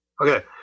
Okay